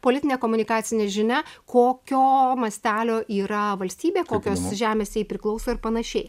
politinė komunikacinė žinia kokio mastelio yra valstybė kokios žemės jai priklauso ir panašiai